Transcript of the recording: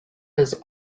his